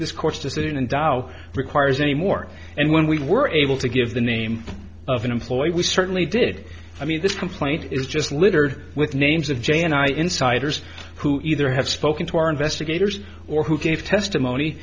this court's decision in dol requires anymore and when we were able to give the name of an employee we certainly did i mean this complaint is just littered with names of j and i insiders who either have spoken to our investigators or who gave testimony